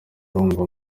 arumva